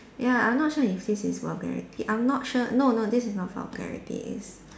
ya I not sure if this is vulgarity I'm not sure no no this is not vulgarity it's